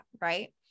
Right